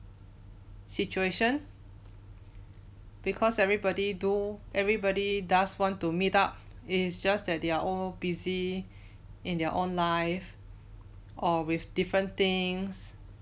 situation because everybody do everybody does want to meet up it's just that they are all busy in their own life or with different things